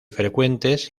frecuentes